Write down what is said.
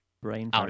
Brain